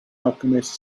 alchemist